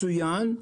מצוין.